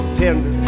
tender